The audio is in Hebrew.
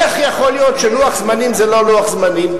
איך יכול להיות שלוח זמנים זה לא לוח זמנים?